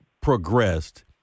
progressed